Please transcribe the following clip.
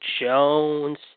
Jones